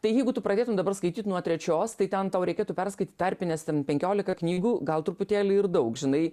tai jeigu tu pradėtum dabar skaityt nuo trečios tai ten tau reikėtų perskaityt tarpines ten penkiolika knygų gal truputėlį ir daug žinai